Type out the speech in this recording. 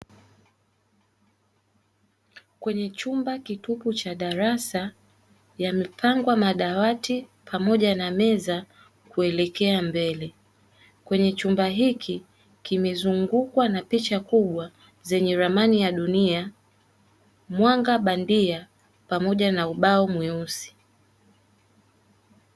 Kwenye chumba kitupu cha darasa, yamepangwa madawati pamoja na meza kuelekea mbele, kwenye chumba hiki kimezungukwa na picha kubwa zenye ramani ya dunia, mwanga bandia pamoja na ubao mweusi.